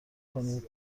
کنید